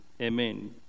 Amen